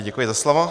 Děkuji za slovo.